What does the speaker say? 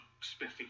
spiffy